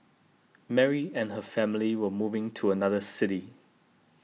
Mary and her family were moving to another city